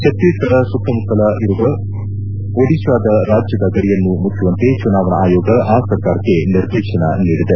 ಛತ್ತೀಸ್ಗಢ ಸುತ್ತಮುತ್ತಲು ಇರುವ ಒಡಿತಾ ರಾಜ್ಯದ ಗಡಿಯನ್ನು ಮುಚ್ಚುವಂತೆ ಚುನಾವಣಾ ಆಯೋಗ ಆ ಸರ್ಕಾರಕ್ಷೆ ನಿರ್ದೇಶನ ನೀಡಿದೆ